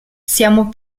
siamo